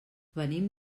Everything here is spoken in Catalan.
venim